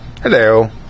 Hello